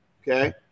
Okay